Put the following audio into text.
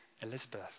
Elizabeth